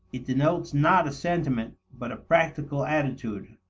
it denotes not a sentiment, but a practical attitude,